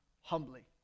humbly